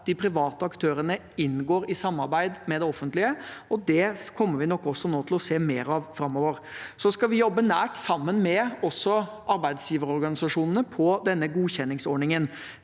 at de private aktørene inngår i samarbeid med det offentlige, og det kommer vi nok også til å se mer av framover. Så skal vi jobbe nært sammen med arbeidsgiverorganisasjonene om denne godkjenningsordningen.